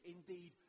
Indeed